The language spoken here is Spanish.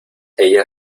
ella